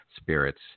spirits